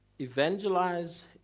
Evangelize